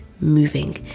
moving